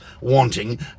wanting